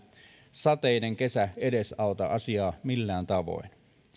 sateinen kesä ainakaan edesauta asiaa millään tavoin